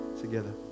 together